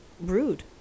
rude